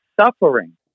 suffering